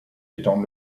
étant